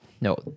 no